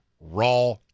raw